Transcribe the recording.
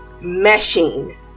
meshing